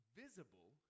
visible